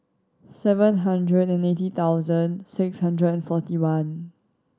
seven hundred and eighty thousand six hundred and forty one